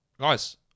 Guys